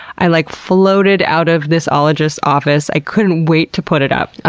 i like floated out of this ologist's office. i couldn't wait to put it up.